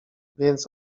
więc